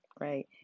right